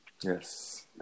Yes